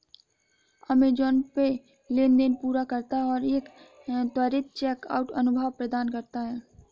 Amazon Pay लेनदेन पूरा करता है और एक त्वरित चेकआउट अनुभव प्रदान करता है